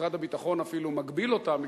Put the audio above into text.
משרד הביטחון אפילו מגביל אותם,